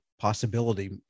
possibility